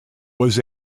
was